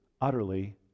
utterly